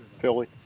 Philly